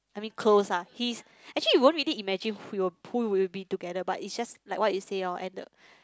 I mean close ah he's actually you won't really imagine who will who will you be with together but it's just like what you say lor at the